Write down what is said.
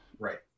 Right